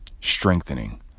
strengthening